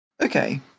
Okay